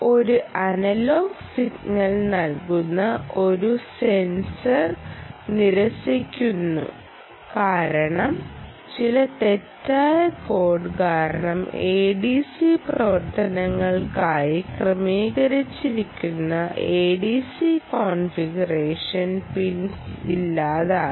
ഒരു analogue signal നൽകുന്ന ഒരു സെൻസർ നിരസിക്കുന്നു കാരണം ചില തെറ്റായ കോഡ് കാരണം ADC പ്രവർത്തനങ്ങൾക്കായി ക്രമീകരിച്ചിരിക്കുന്ന ADC കോൺഫിഗറേഷൻ പിൻസ് ഇല്ലാതാകും